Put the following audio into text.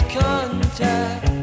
contact